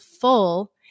full